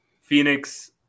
Phoenix